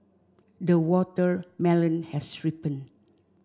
the watermelon has ripened